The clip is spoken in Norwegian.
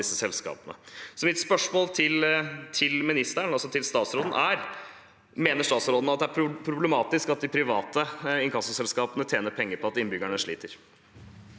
Mitt spørsmål til statsråden er: Mener statsråden det er problematisk at de private inkassoselskapene tjener penger på at innbyggerne sliter?